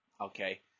okay